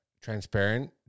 transparent